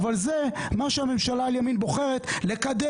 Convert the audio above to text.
אבל זה מה שממשלת ימין על מלא בוחרת לקדם,